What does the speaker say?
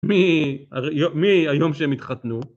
מ... מהיום שהם התחתנו